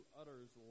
utters